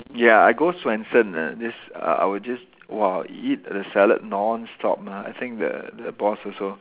ya I go Swensen uh this uh I would just !wah! eat the salad non-stop mah I think the the boss also